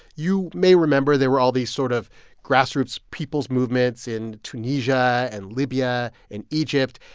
you may remember, there were all these sort of grassroots people's movements in tunisia and libya and egypt.